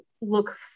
look